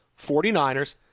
49ers